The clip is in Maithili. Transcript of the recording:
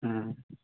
हुँ